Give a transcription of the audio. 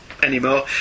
anymore